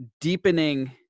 deepening